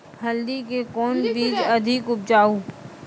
हल्दी के कौन बीज अधिक उपजाऊ?